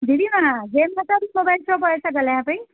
दीदी मां Jai Mata Di mobile shop वारे सां ॻाल्हायां पई